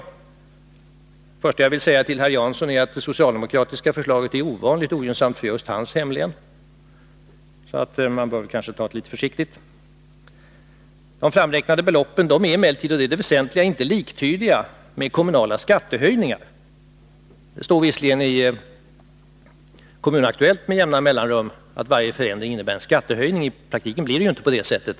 Det första jag vill säga till herr Jansson är att det socialdemokratiska förslaget är ovanligt ogynnsamt för just hans hemlän, så man bör kanske ta det litet försiktigt. De framräknade beloppen är emellertid, och det är det väsentliga, inte liktydiga med kommunala skattehöjningar. Det står visserligen i Kommun Aktuellt med jämna mellanrum, att varje förändring innebär en skattehöjning. I praktiken blir det ju inte på det sättet.